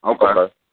Okay